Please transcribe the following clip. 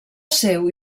seu